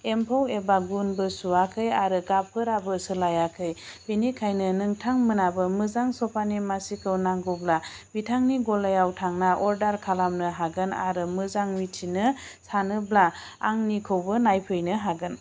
एम्फौ एबा गुनबो सुवाखै आरो गाबफोराबो सोलायाखै बेनिखायनो नोंथांमोनाबो मोजां सपानि मासिखौ नांगौब्ला बिथांनि गलायाव थांना अर्डार खालामनो हागोन आरो मोजां मिथिनो सानोब्ला आंनिखौबो नायफैनो हागोन